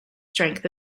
strength